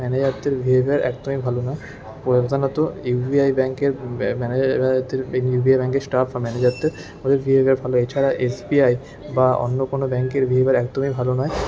ম্যানেজারদের behaviour একদমই ভালো নয় প্রধানত ইউ বি আই ব্যাঙ্কের ইউ বি আই ব্যাঙ্কের স্টাফ বা ম্যানেজারদের বিহেভিয়ার ভালো এছাড়া এস বি আই বা অন্য কোনো ব্যাঙ্কের বিহেভিয়ার একদমই ভালো নয়